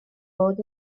fod